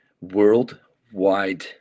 worldwide